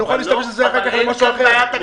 נוכל להשתמש בזה אחר כך למשהו אחר.